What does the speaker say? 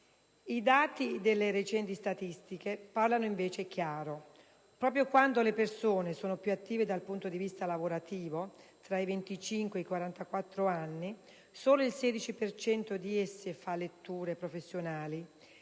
I dati delle recenti statistiche parlano invece chiaro: proprio quando le persone sono più attive dal punto di vista lavorativo, tra i 25 e i 44 anni, solo il 16 per cento di esse fa letture professionali.